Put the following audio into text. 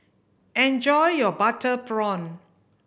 enjoy your butter prawn